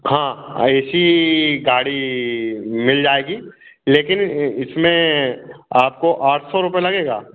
हाँ A C गाड़ी मिल जाएगी लेकिन इसमें आपको आठ सौ रुपए लगेगा